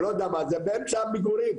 נמצאים באמצע שכונות המגורים,